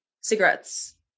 Cigarettes